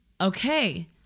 Okay